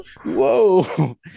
Whoa